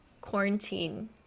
quarantine